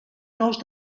nous